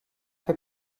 fer